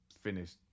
finished